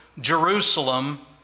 Jerusalem